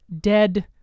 dead